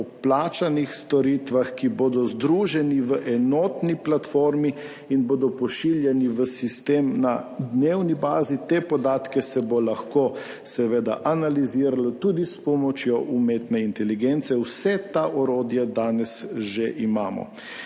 o plačanih storitvah, ki bodo združeni v enotni platformi in bodo pošiljani v sistem na dnevni bazi. Te podatke se bo lahko seveda analiziralo tudi s pomočjo umetne inteligence. Vsa ta orodja danes že imamo.